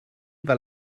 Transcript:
fel